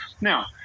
Now